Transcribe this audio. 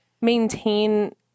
maintain